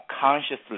consciously